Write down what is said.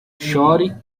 chore